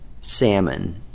salmon